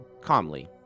calmly